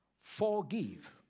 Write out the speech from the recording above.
forgive